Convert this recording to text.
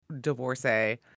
divorcee